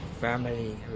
family